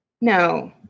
No